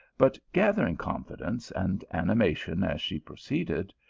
but gathering confidence and animation as she pro ceeded,